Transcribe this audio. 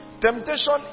Temptation